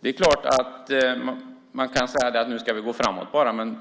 Det är klart att man kan säga att vi bara ska gå framåt, men vi